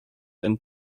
and